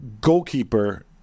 goalkeeper